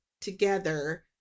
together